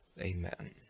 Amen